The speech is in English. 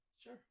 Sure